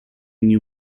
new